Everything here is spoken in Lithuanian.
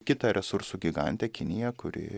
kitą resursų gigantę kiniją kuri